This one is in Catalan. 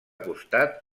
costat